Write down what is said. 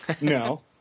No